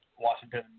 Washington